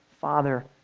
father